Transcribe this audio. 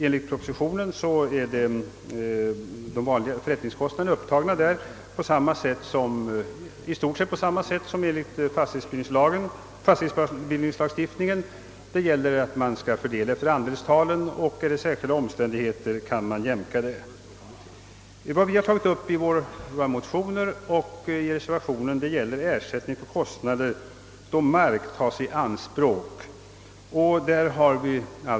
Enligt propositionen är förrättningskostnaderna upptagna i huvudsak på samma sätt som enligt fastighetsbildningslagstiftningen. Man skall fördela efter andelstalen, och om det finns särskilda omständigheter kan man jämka. Vi har i motionerna och i reservationen tagit upp frågan om ersättning för kostnader då mark tas i anspråk.